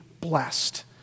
blessed